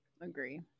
agree